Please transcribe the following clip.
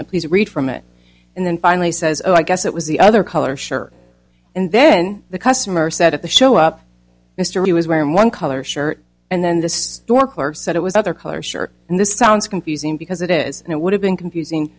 statement please read from it and then finally says oh i guess it was the other color shirt and then the customer said at the show up mr he was wearing one color shirt and then the store clerk said it was other color shirt and this sounds confusing because it is it would have been confusing